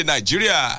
Nigeria